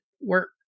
work